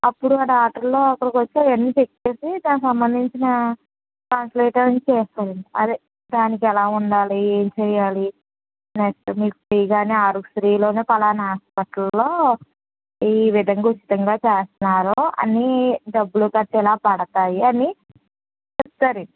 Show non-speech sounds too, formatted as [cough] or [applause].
అప్పుడు డాక్టర్లు అక్కడికి వచ్చి అవన్నీ చెక్ చేసి దానికి సంబంధించిన కంప్లైంట్ అవి చేస్తారండి అదే దానికి ఎలా ఉండాలి ఏం చేయాలి నెక్స్ట్ నీకు ఫ్రీ గానే [unintelligible] ఫలానా ఆసుపత్రిలో ఈ విధంగా ఉచితంగా చేస్తున్నారు అవన్నీ డబ్బులు కట్టేలా పడతాయి అని చెప్తారు